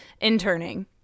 interning